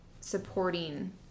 supporting